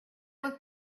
was